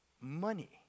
Money